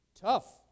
Tough